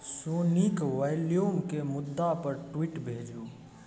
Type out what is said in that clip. सोनीक वॉल्यूमके मुद्दापर ट्वीट भेजू